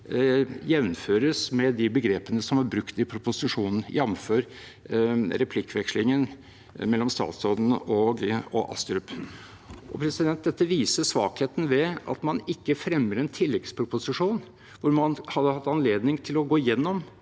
jevnføres med de begrepene som er brukt i proposisjonen, jf. replikkordskiftet mellom statsråden og Astrup. Dette viser svakheten ved at man ikke fremmer en tilleggsproposisjon hvor man hadde hatt anledning til å gå gjennom